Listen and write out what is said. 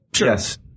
yes